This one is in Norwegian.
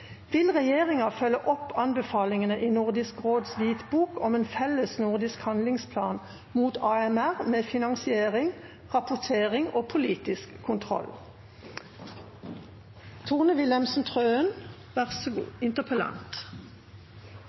Vil regjeringen følge opp anbefalingene i Nordisk råds hvitbok om en felles nordisk handlingsplan mot antibiotikaresistens med finansiering, rapportering og politisk kontroll?